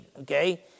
Okay